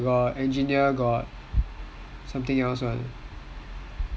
got medic got engineer something else [one]